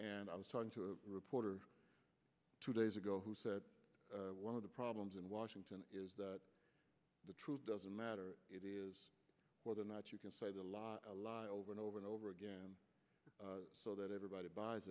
and i was talking to a reporter two days ago who said one of the problems in washington is that the truth doesn't matter whether or not you can say the law a lot over and over and over again so that everybody buys